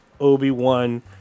Obi-Wan